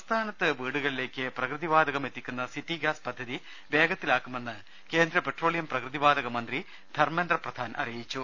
സംസ്ഥാനത്ത് വീടുകളിലേക്ക് പ്രകൃതി വാതകം എത്തിക്കുന്ന സിറ്റി ഗ്യാസ് പദ്ധതി വേഗത്തിലാക്കുമെന്ന് കേന്ദ്ര പെട്രോളിയം പ്രകൃതി വാതക മന്ത്രി ധർമേന്ദ്ര പ്രധാൻ അറിയിച്ചു